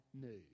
news